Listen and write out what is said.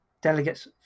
delegate's